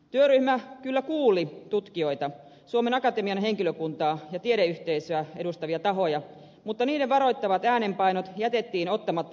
työryhmä kyllä kuuli tutkijoita suomen akatemian henkilökuntaa ja tiedeyhteisöä edustavia tahoja mutta niiden varoittavat äänenpainot jätettiin ottamatta huomioon